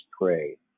pray